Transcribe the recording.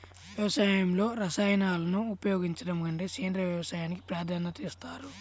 వ్యవసాయంలో రసాయనాలను ఉపయోగించడం కంటే సేంద్రియ వ్యవసాయానికి ప్రాధాన్యత ఇస్తారు